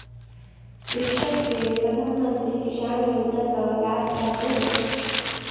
कृषक के प्रधान मंत्री किसान योजना सॅ लाभ प्राप्त भेल